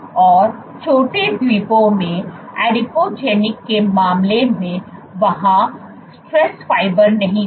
और छोटे द्वीपों में एडिपोजेनिक के मामले में वहां स्ट्रेस फाइबर नहीं था